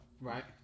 right